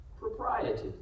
propriety